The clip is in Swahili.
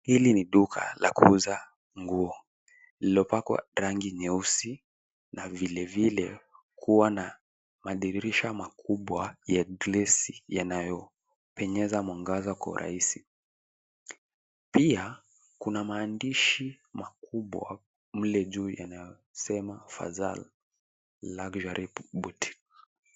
Hili ni duka la kuuza nguo lililopakwa rangi nyeusi na vile vile kuwa na madirisha makubwa ya glesi yanayopenyeza mwangaza kwa urahisi. Pia kuna maandishi makubwa mle juu yanayosema Fazal Luxury Boutique.